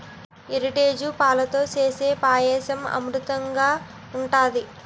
Heritage పాలతో సేసే పాయసం అమృతంనాగ ఉంటది